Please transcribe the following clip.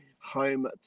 home